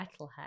Metalhead